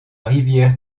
rivière